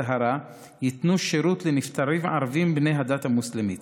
טהרה ייתנו שירות לנפטרים ערבים בני הדת המוסלמית.